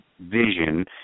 vision